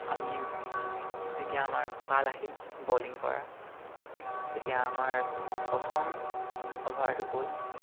আমি যেতিয়া আমাৰ পাল আহিল বলিং কৰা তেতিয়া আমাৰ প্ৰথম অভাৰটো গ'ল